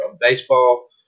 baseball